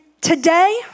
today